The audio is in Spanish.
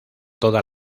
toda